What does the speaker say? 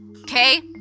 Okay